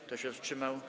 Kto się wstrzymał?